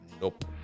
nope